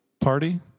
Party